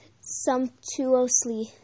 ...sumptuously